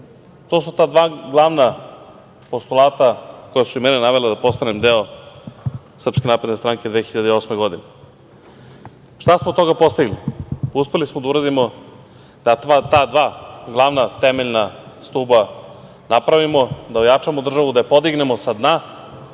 To su ta dva glavna postulata koja su i mene navela da postanem deo Srpske napredne stranke 2008. godine. Šta smo od toga postigli? Uspeli smo da uradimo da ta dva glavna temeljna stuba napravimo, da ojačamo državu, da je podignemo sa dna,